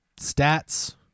Stats